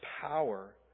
power